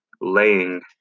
laying